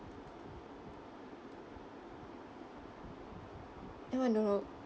that [one] don't know